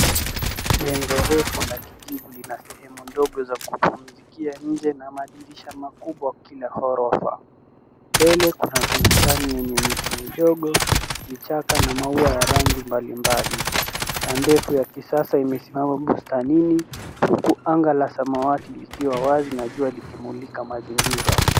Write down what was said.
Jengo refu la kijivu lina sehemu ndogo za kupumzikia nje na madirisha makubwa kila ghorofa. Mbele kuna bustani yenye miti midogo, vichaka na maua ya rangi mbalimbali. Taa ndefu ya kisasa imesimama bustanini, huku anga la samawati likiwa wazi na jua likimulika mazingira.